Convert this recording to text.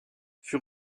fut